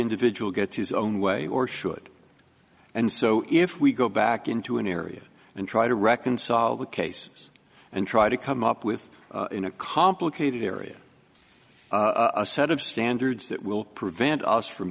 individual gets his own way or should and so if we go back into an area and try to reconcile the case and try to come up with in a complicated area a set of standards that will prevent us from